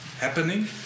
happening